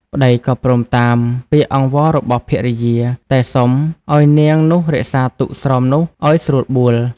ប្ដីក៏ព្រមតាម ពាក្យអង្វររបស់ភរិយា តែសុំឱ្យនាងនោះរក្សាទុកស្រោមនោះឱ្យស្រួលបួល។